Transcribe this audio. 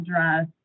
address